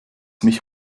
mich